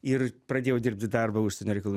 ir pradėjau dirbti darbą užsienio reikalų